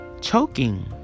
choking